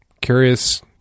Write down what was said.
Curious